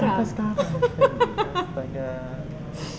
sampai sekarang smelly astaga